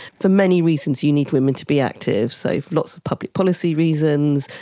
for many reasons you need women to be active, so for lots of public policy reasons.